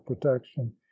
protection